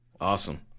Awesome